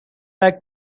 like